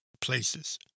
places